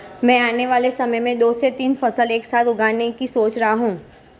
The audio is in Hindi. मैं आने वाले समय में दो से तीन फसल एक साथ उगाने की सोच रहा हूं